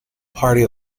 party